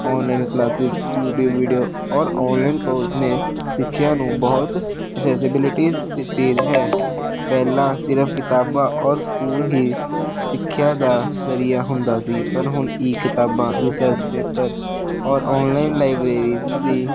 online classes YouTube video ਔਰ online course ਨੇ ਸਿੱਖਿਆ ਨੂੰ ਬਹੁਤ ਅਸੈਸਬਿਲਿਟੀਜ ਦਿੱਤੀ ਹੈ ਪਹਿਲਾਂ ਸਿਰਫ ਕਿਤਾਬਾਂ ਔਰ ਸਕੂਲ ਹੀ ਸਿੱਖਿਆ ਦਾ ਜ਼ਰੀਆ ਹੁੰਦਾ ਸੀ ਪਰ ਹੁਣ ਈ ਕਿਤਾਬਾਂ ਰਿਸਰਚ ਪੇਪਰ ਔਰ ਆਨਲਾਈਨ ਲਾਇਬਰੇਰੀਸ ਦੀ